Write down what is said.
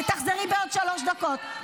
תצאי ותחזרי בעוד שלוש דקות.